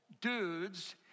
dudes